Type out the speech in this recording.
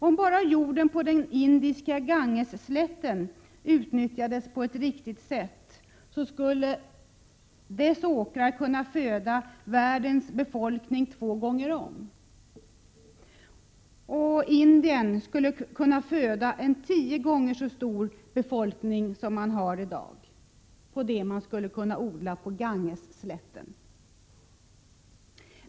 Om bara jorden på den indiska Gangesslätten utnyttjades på ett riktigt sätt, så skulle dess åkrar kunna föda världens befolkning två gånger om. Indien skulle kunna föda en tio gånger så stor befolkning som man har i dag på det som man skulle kunna odla på Gangesslätten.